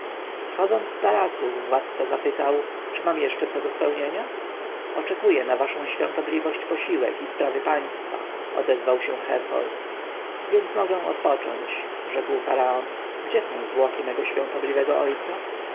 z tarasu władca zapytał czy mam jeszcze co do spełnienia oczekuje na waszą świątobliwość posiłek i sprawy państwa odezwał się herhor więc mogę odpocząć rzekł faraon gdzie są zwłoki mego świątobliwego ojca